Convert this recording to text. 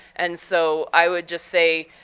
and so i would just say,